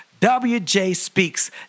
wjspeaks